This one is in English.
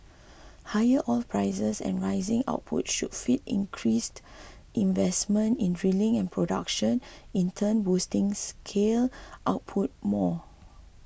higher oil prices and rising output should feed increased investment in drilling and production in turn boosting shale output more